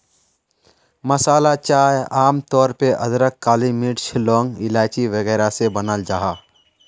मसाला चाय आम तौर पे अदरक, काली मिर्च, लौंग, इलाइची वगैरह से बनाल जाहा